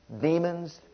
demons